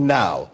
now